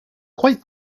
quite